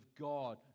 God